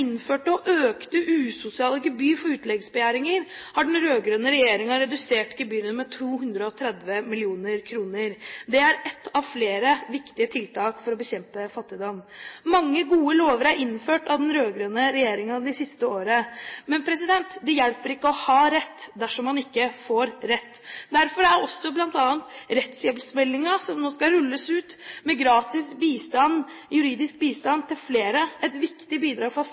og økte usosiale gebyr for utleggsbegjæringer, har den rød-grønne regjeringen redusert gebyrene med 230 mill. kr. Det er ett av flere viktige tiltak for å bekjempe fattigdom. Mange gode lover er innført av den rød-grønne regjeringen det siste året, men det hjelper ikke å ha rett dersom man ikke får rett. Derfor er også bl.a. rettshjelpsmeldingen – som nå skal rulles ut, om gratis juridisk bistand til flere – et viktig bidrag for